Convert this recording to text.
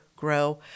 Grow